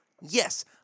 Yes